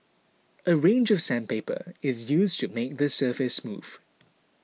a range of sandpaper is used to make the surface smooth